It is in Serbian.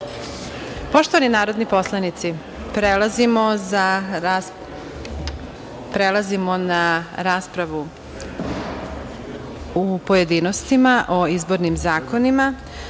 Poštovani narodni poslanici, prelazimo na raspravu u pojedinostima o izbornim zakonima. Saglasno